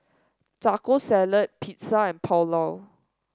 Taco Salad Pizza and Pulao